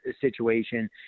situation